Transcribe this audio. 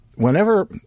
Whenever